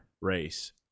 race